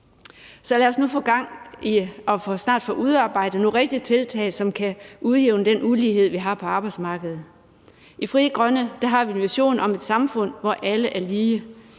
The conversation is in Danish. lad os nu få gang i snart at få udarbejdet nogle rigtige tiltag, som kan udjævne den ulighed, vi har på arbejdsmarkedet. I Frie Grønne har vi en vision om et samfund, hvor alle er lige.